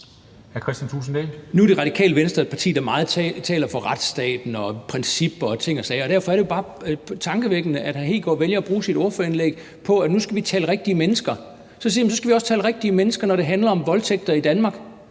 Nu er Radikale Venstre et parti, der taler meget for retsstaten og for principper og ting og sager. Derfor er det jo bare tankevækkende, at hr. Kristian Hegaard vælger at bruge sit ordførerindlæg på at sige: Nu skal vi tale om rigtige mennesker. Så siger jeg, at så skal vi også tale om rigtige mennesker, når det handler om voldtægter i Danmark.